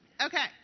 Okay